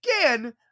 again